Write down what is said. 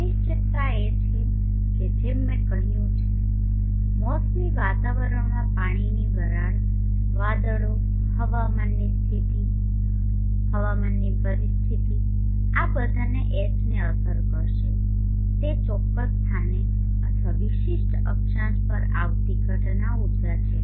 અનિશ્ચિતતા એ છે કે જેમ મેં કહ્યું છે રોજ મોસમી વાતાવરણમાં પાણીની વરાળ વાદળો હવામાનની સ્થિતિ હવામાનની પરિસ્થિતિઓ આ બધાને આ H ને અસર કરશે તે તે ચોક્કસ સ્થાને અથવા વિશિષ્ટ અક્ષાંશ પર આવતી ઘટના ઊર્જા છે